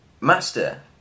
Master